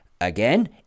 Again